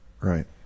Right